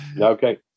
Okay